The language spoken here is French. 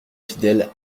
fidèles